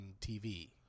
TV